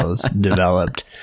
developed